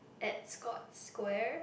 at Scotts-Square